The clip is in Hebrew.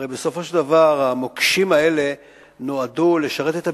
הרי בסופו של דבר המוקשים האלה נועדו לשרת את הביטחון.